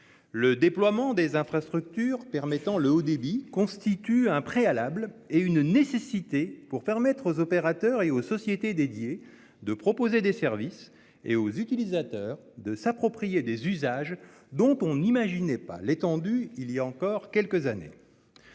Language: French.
Le déploiement des infrastructures permettant le haut débit est un préalable et une nécessité pour permettre aux opérateurs et aux sociétés dédiés de proposer des services et aux utilisateurs de s'approprier des usages dont on n'imaginait pas l'étendue il y a encore quelques années.